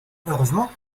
heureusement